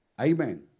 Amen